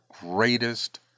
greatest